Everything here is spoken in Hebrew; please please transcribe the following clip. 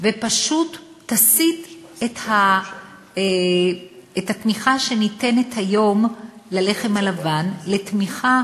ופשוט תסיט את התמיכה שניתנת היום ללחם הלבן לתמיכה